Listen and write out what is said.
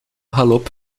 galop